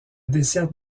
desserte